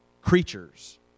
creatures